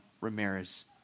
Ramirez